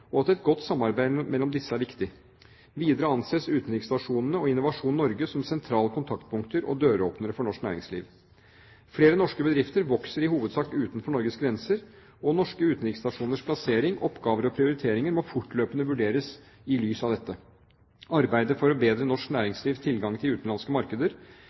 og at et godt samarbeid mellom disse er viktig. Videre anses utenriksstasjonene og Innovasjon Norge som sentrale kontaktpunkter og døråpnere for norsk næringsliv. Flere norske bedrifter vokser i hovedsak utenfor Norges grenser, og norske utenriksstasjoners plassering, oppgaver og prioriteringer må fortløpende vurderes i lys av dette. Arbeidet for å bedre norsk næringslivs tilgang til utenlandske markeder